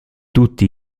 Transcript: tutti